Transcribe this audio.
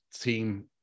team